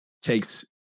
takes